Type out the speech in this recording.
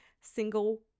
single